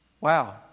wow